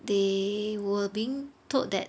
they were being told that